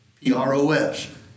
P-R-O-S